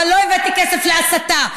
אבל לא הבאתי כסף להסתה,